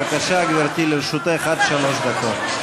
בבקשה, גברתי, לרשותך עד שלוש דקות.